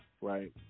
right